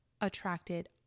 attracted